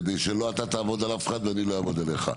כדי שלא אתה תעבוד על אף אחד ואני לא אעבוד עליך.